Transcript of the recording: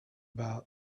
about